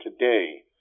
today